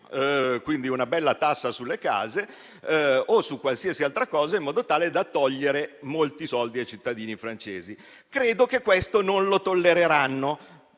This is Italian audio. quindi una bella tassa sulle case o su qualsiasi altra cosa, in modo tale da togliere molti soldi ai cittadini francesi. Credo che questo non lo tollereranno,